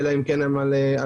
אלא אם כן הן על אדמה,